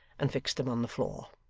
and fixed them on the floor.